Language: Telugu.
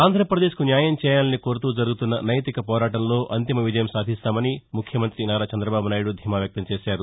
ఆంధ్రాపదేశ్కు న్యాయం చేయాలని కోరుతూ జరుగుతున్న నైతిక పోరాటంలో అంతిమ విజయం సాధిస్తామని ముఖ్యమంత్రి నారా చంద్రబాబు నాయుడు ధీమా వ్యక్తం చేశారు